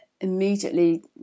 immediately